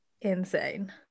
insane